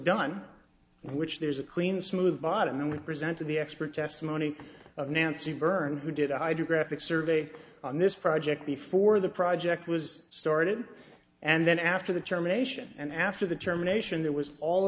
done which there's a clean smooth bottom and we presented the expert testimony of nancy byrne who did a hydrographic survey on this project before the project was started and then after the germination and after the germination there was all